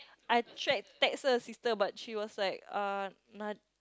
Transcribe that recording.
I tried text her sister but she was like uh nad~